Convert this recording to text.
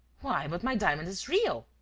why, but my diamond is real!